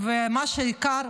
ומה שהוא העיקר,